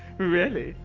really?